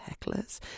hecklers